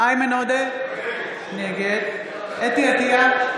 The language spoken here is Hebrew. איימן עודה, נגד חוה אתי עטייה,